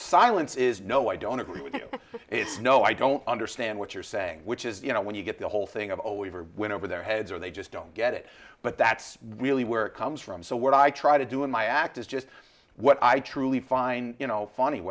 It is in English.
silence is no i don't agree with you it's no i don't understand what you're saying which is you know when you get the whole thing of all we ever went over their heads or they just don't get it but that's really where it comes from so what i try to do in my act is just what i truly find you know funny